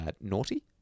naughty